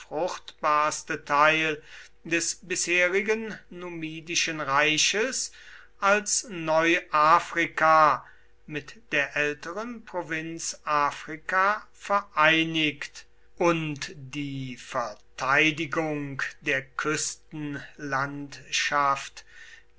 teil des bisherigen numidischen reiches als neuafrika mit der älteren provinz afrika vereinigt und die verteidigung der